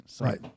Right